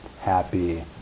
happy